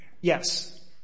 Yes